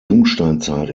jungsteinzeit